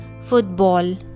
football